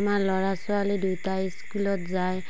আমাৰ ল'ৰা ছোৱালী দুটাই স্কুলত যায়